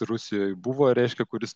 rusijoj buvo reiškia kuris